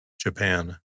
Japan